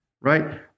Right